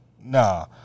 nah